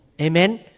Amen